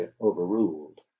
overruled